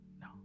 No